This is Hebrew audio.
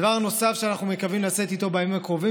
הדבר הנוסף שאנחנו מקווים לצאת איתו בימים הקרובים